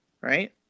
right